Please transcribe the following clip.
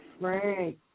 right